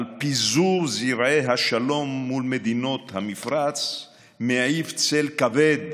על פיזור זרעי השלום מול מדינות המפרץ מעיב צל כבד